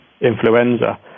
influenza